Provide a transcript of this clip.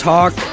Talk